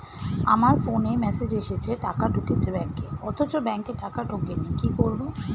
আমার ফোনে মেসেজ এসেছে টাকা ঢুকেছে ব্যাঙ্কে অথচ ব্যাংকে টাকা ঢোকেনি কি করবো?